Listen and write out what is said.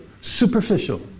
Superficial